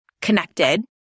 connected